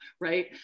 right